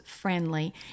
friendly